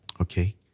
Okay